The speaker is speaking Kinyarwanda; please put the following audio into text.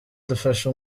dufashe